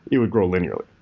it would grow linearly.